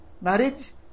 marriage